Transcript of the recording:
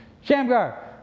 Shamgar